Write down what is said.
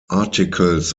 articles